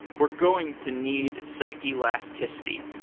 we're going to need some elasticity.